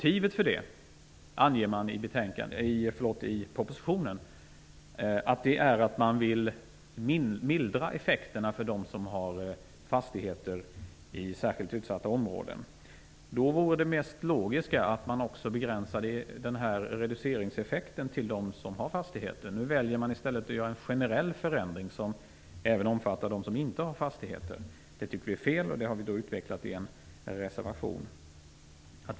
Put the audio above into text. I propositionen anger man att motivet är att man vill mildra effekterna för dem som har fastigheter i särskilt utsatta områden. Det mest logiska vore att man också begränsade reduceringseffekten till dem som har fastigheter. Nu väljer man i stället en generell förändring som även omfattar dem som inte har fastigheter. Det tycker vi är fel, och det har vi utvecklat i en reservation.